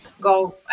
go